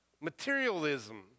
materialism